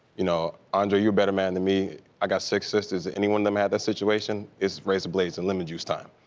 you know. andre you're a better man than me. i got six sisters. anyone that mad in that situation it's razor blades and lemon juice time.